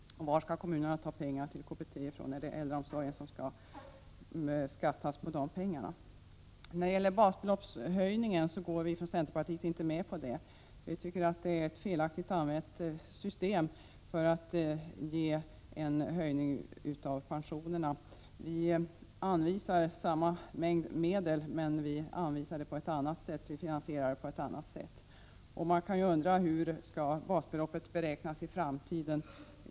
Var skall kommunerna ta pengar till KBT? Är det äldreomsorgen som skall skattas på de pengarna? När det gäller basbeloppshöjningen går vi från centerpartiet inte med på förslaget. Vi tycker att det är ett felaktigt använt system för att ge en höjning av pensionerna. Vi anvisar medel av samma storlek, men vi finansierar på ett annat sätt. Man kan undra hur basbeloppet skall beräknas i framtiden.